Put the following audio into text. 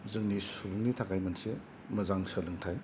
जोंनि सुबुंनि थाखाय मोनसे मोजां सोलोंथाइ